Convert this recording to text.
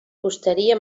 fusteria